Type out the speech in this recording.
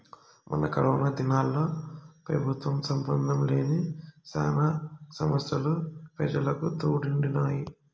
మొన్న కరోనా దినాల్ల పెబుత్వ సంబందం లేని శానా సంస్తలు పెజలకు తోడుండినాయి